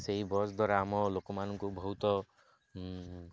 ସେଇ ବସ୍ ଦ୍ୱାରା ଆମ ଲୋକମାନଙ୍କୁ ବହୁତ